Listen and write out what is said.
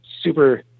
super